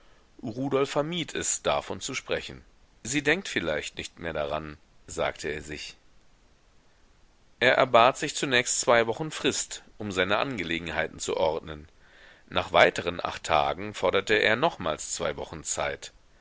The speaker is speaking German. rudolf vermied es davon zu sprechen sie denkt vielleicht nicht mehr daran sagte er sich er erbat sich zunächst zwei wochen frist um seine angelegenheiten zu ordnen nach weiteren acht tagen forderte er nochmals zwei wochen zeit